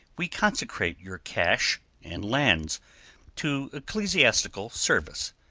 we consecrate your cash and lands to ecclesiastical service.